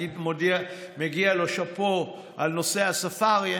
שמגיע לו שאפו על נושא הספארי.